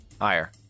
Higher